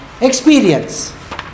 experience